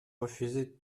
refusez